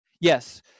Yes